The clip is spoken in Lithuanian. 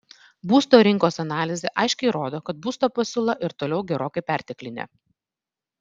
būsto rinkos analizė aiškiai rodo kad būsto pasiūla ir toliau gerokai perteklinė